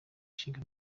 ishinga